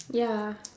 ya